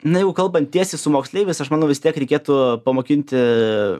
na jau kalbant tiesiai su moksleiviais aš manau vis tiek reikėtų pamokinti